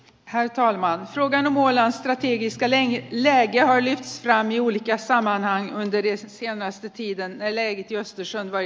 heitä olevan tänä vuonna jyskälä jäi ja syvään juice samaan aikaan pyydys ja nostettiin kannelle ei turvallisuutemme kannalta